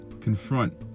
confront